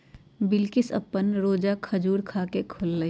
बिलकिश अप्पन रोजा खजूर खा के खोललई